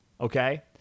Okay